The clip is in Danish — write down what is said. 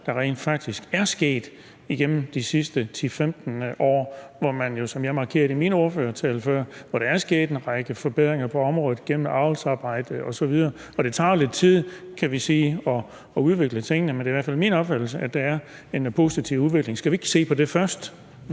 der rent faktisk er sket igennem de sidste 10-15 år, hvor der jo, som jeg markerede i min ordførertale før, er sket en række forbedringer på området gennem avlsarbejde osv. Det tager jo lidt tid at udvikle tingene, men det er i hvert fald min opfattelse, at der er en positiv udvikling. Skal vi ikke se på det først?